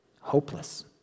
hopeless